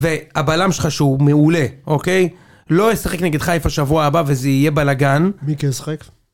והבלם שלך שהוא מעולה, אוקיי? לא ישחק נגד חיפה שבוע הבא וזה יהיה בלאגן. מי כן ישחק?